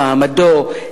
במעמדו,